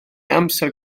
amser